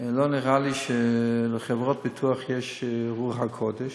לא נראה לי שלחברות ביטוח יש רוח הקודש,